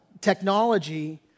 technology